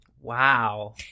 Wow